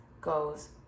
goes